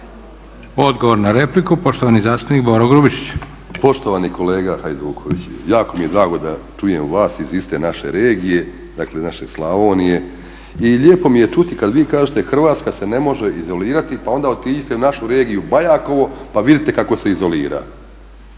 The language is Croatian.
Odgovor na repliku poštovani zastupnik Boro Grubišić. **Grubišić, Boro (HDSSB)** Poštovani kolega Hajduković, jako mi je drago da čujem vas iz iste naše regije, dakle naše Slavonije i lijepo mi je čuti kada vi kažete Hrvatska se ne može izolirati pa onda otiđite u našu regiju Bajakovo pa vidite kako se izolira,